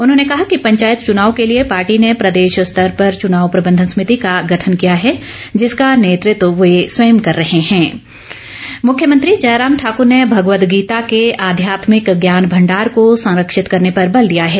उन्होंने कहा कि पंचायत चुनाव के लिए पार्टी ने प्रदेश स्तर पर चुनाव प्रबंधन सभिति का गठन किया है जिसका नेतृत्व वह स्वयं कर रहे मुख्यमंत्री मुख्यमंत्री जयराम ठाकुर ने भगवद गीता के आध्यात्मिक ज्ञान भंडार को संरक्षित करने पर बल दिया है